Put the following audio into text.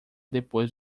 depois